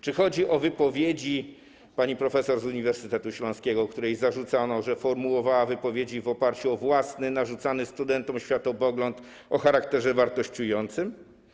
Czy chodzi o wypowiedzi pani profesor z Uniwersytetu Śląskiego, której zarzucano, że formułowała wypowiedzi w oparciu o własny, narzucany studentom światopogląd o charakterze wartościującym?